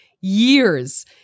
years